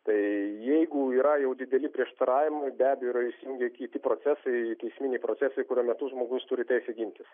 tai jeigu yra jau dideli prieštaravimai be abejo įsijungia kiti procesai teisminiai procesai kurio metu žmogus turi teisę gintis